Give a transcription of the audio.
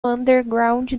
underground